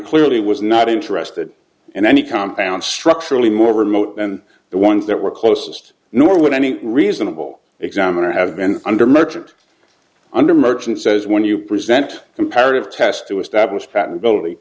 clearly was not interested in any compound structurally more remote than the ones that were closest nor would any reasonable examiner have been under merchant under merchant says when you present comparative tests to establish pat